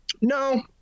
No